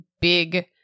big